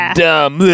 dumb